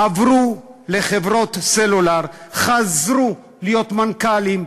עברו לחברות סלולר וחזרו להיות מנכ"לים,